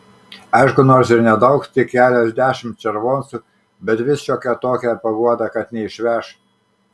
aišku nors ir nedaug tik keliasdešimt červoncų bet vis šiokia tokia paguoda kad neišveš